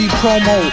promo